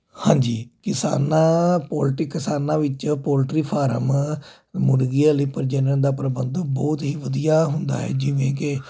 ਹਾਂਜੀ ਕਿਸਾਨਾਂ ਪੋਲਟੀ ਕਿਸਾਨਾਂ ਵਿੱਚ ਪੋਲਟਰੀ ਫਾਰਮ ਮੁਰਗੀਆਂ ਲਈ ਪ੍ਰਜਨਣ ਦਾ ਪ੍ਰਬੰਧ ਬਹੁਤ ਹੀ ਵਧੀਆ ਹੁੰਦਾ ਹੈ ਜਿਵੇਂ ਕਿ